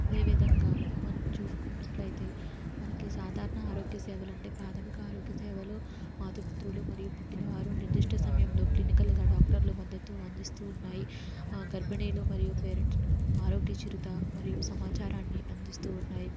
అదేవిధంగా మనం చూసుకున్నట్లయితే మనకి సాధారణ ఆరోగ్య సేవల అంటే ప్రాథమిక ఆరోగ్య సేవలు మాతాపితృలు మరియు పుట్టినవారు నిర్దిష్ట సమయంలో క్లినికల్గా డాక్టర్ మద్దతూ అందిస్తూ ఉన్నాయి గర్బిణీలు మరియు పేరెంట్ను ఆరోగ్య చిరుత మరియు సమాచారాన్ని అందిస్తూ ఉన్నాయి